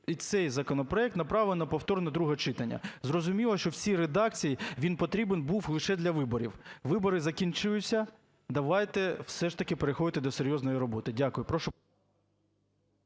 і цей законопроект направимо на повторне друге читання. Зрозуміло, що в цій редакції він потрібен був лише для виборів. Вибори закінчуються, давайте все ж таки переходити до серйозної роботи. Дякую.